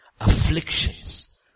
afflictions